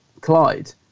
Clyde